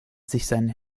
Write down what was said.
seinen